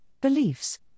beliefs